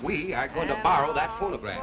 we are going to borrow that photograph